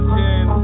ten